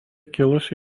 kilusi